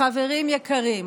חברים יקרים,